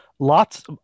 Lots